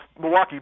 Milwaukee